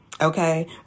okay